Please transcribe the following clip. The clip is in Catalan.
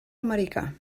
americà